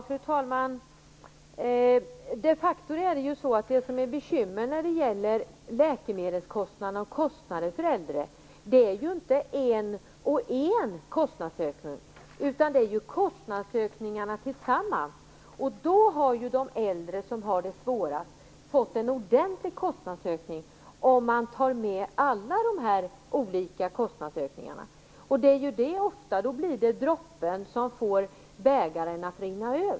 Fru talman! Det som är bekymret med läkemedelskostnader och andra kostnader för äldre är ju inte en och en kostnadsökning, utan kostnadsökningarna tillsammans. De äldre som har det svårast har fått en ordentlig kostnadsökning om man tar med alla olika kostnadsökningar. Det blir ofta droppen som får bägaren att rinna över.